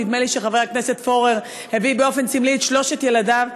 נדמה לי שחבר הכנסת פורר הביא באופן סמלי את שלושת ילדיו,